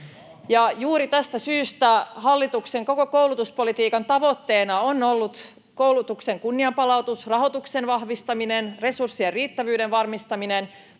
Juuri tästä syystä hallituksen koko koulutuspolitiikan tavoitteena on ollut koulutuksen kunnianpalautus, rahoituksen vahvistaminen, resurssien riittävyyden varmistaminen,